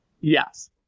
Yes